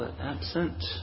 Absent